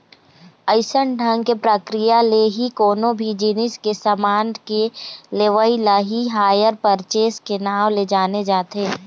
अइसन ढंग के प्रक्रिया ले ही कोनो भी जिनिस के समान के लेवई ल ही हायर परचेस के नांव ले जाने जाथे